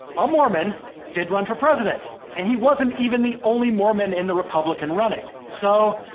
a mormon did run for president, and he wasn't even the only mormon in the republican running. so,